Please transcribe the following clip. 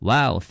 Wow